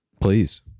Please